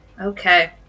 Okay